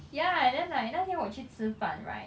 ya and then like 那天我去吃饭 right